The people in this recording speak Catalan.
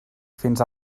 fins